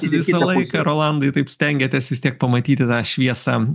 visą laiką rolandai taip stengiatės vis tiek pamatyti tą šviesą